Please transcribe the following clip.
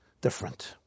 different